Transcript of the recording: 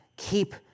Keep